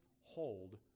hold